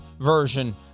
version